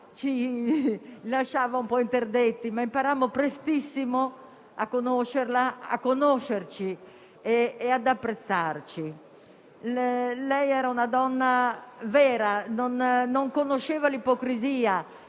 ci lasciava un po' interdetti, ma imparammo prestissimo a conoscerla, a conoscerci e ad apprezzarci. Lei era una donna vera, non conosceva l'ipocrisia,